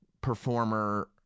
performer